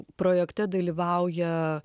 projekte dalyvauja